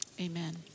amen